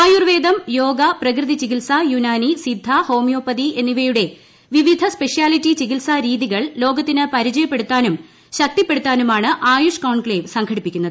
ആയുർവേദം യോഗ പ്രകൃതിചികിത്സ യുനാനി സിദ്ധ ഹോമിയോപ്പതി എന്നിവയുടെ വിവിധ സ്പെഷ്യാലിറ്റി ചികിത്സാരീതികൾ ലോകത്തിന് പരി ചയപ്പെടുത്താനുംശക്തിപ്പെടുത്താനുമാണ് ആയുഷ് കോൺക്ലേവ് സംഘടിപ്പിക്കുന്നത്